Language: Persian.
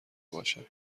باشد